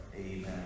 Amen